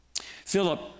Philip